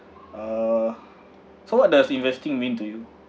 uh so what does investing mean to you